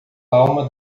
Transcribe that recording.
alma